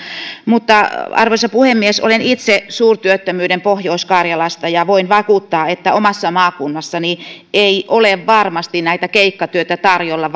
arvoisa puhemies olen itse suurtyöttömyyden pohjois karjalasta ja voin vakuuttaa että omassa maakunnassani ei varmasti ole keikkatöitä tarjolla